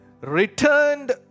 Returned